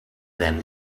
then